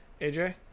Aj